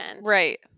right